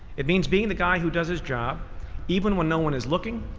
it means being the guy who does his job even when no one is looking,